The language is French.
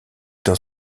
dans